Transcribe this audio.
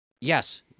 Yes